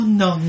no